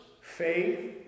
faith